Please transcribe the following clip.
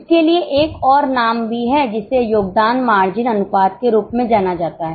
इसके लिए एक और नाम भी है जिसे योगदान मार्जिन अनुपात के रूप में जाना जाता है